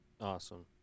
awesome